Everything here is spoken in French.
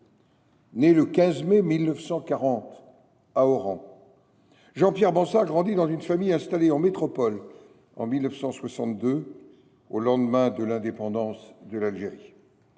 Né le 15 mai 1940 à Oran, Jean Pierre Bansard grandit dans une famille installée en métropole en 1962, au lendemain de l’indépendance de l’Algérie.